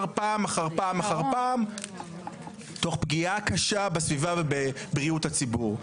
פעם אחר פעם אחר פעם תוך פגיעה קשה בסביבה ובבריאות הציבור.